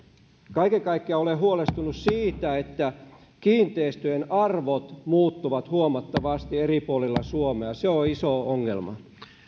kaiken kaikkiaan olen huolestunut siitä että kiinteistöjen arvot muuttuvat huomattavasti eri puolilla suomea se on iso ongelma